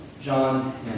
John